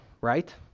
right